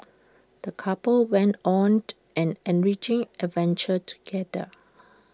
the couple went on an enriching adventure together